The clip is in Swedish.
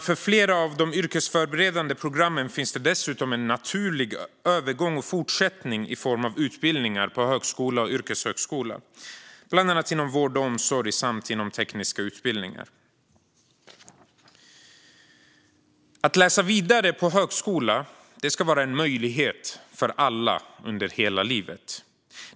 För flera av de yrkesförberedande programmen finns det dessutom en naturlig övergång och fortsättning i form av utbildningar på högskola och yrkeshögskola, bland annat inom vård och omsorg samt tekniska utbildningar. Att läsa vidare på högskola ska vara en möjlighet för alla under hela livet.